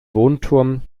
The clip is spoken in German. wohnturm